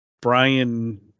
Brian